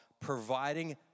providing